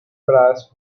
brass